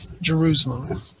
Jerusalem